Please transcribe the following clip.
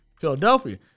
Philadelphia